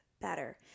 better